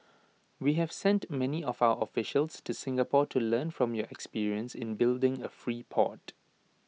we have sent many of our officials to Singapore to learn from your experience in building A free port